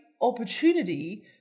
opportunity